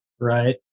right